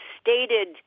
stated